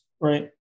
right